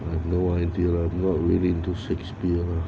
I have no idea about within two six b